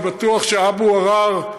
אני בטוח שאבו עראר,